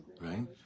Right